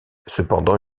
cependant